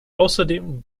außerdem